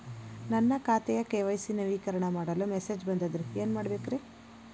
ನನ್ನ ಖಾತೆಯ ಕೆ.ವೈ.ಸಿ ನವೇಕರಣ ಮಾಡಲು ಮೆಸೇಜ್ ಬಂದದ್ರಿ ಏನ್ ಮಾಡ್ಬೇಕ್ರಿ?